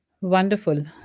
wonderful